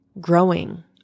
growing